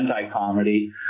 anti-comedy